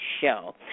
show